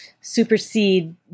supersede